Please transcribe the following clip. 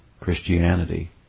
christianity